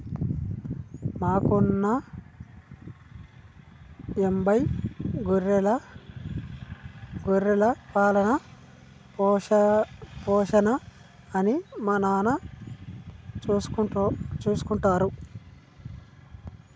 మాకున్న యాభై గొర్రెల పాలన, పోషణ అన్నీ మా నాన్న చూసుకుంటారు